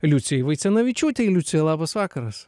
liucijai vaicenavičiūtei liucija labas vakaras